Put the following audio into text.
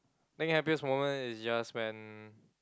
think happiest moment is just when